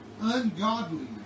ungodliness